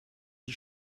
die